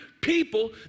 people